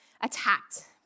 attacked